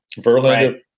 Verlander